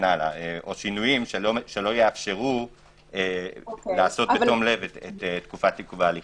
הלאה או שינויים שלא יאפשרו לעשות בתום לב את תקופת עיכוב ההליכים.